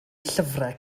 llyfrau